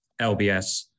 LBS